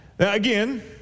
Again